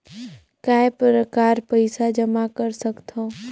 काय प्रकार पईसा जमा कर सकथव?